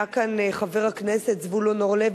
היה כאן חבר הכנסת זבולון אורלב,